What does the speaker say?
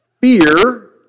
Fear